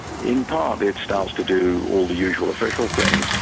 in part, it starts to do all the usual official things,